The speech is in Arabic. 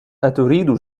أتريد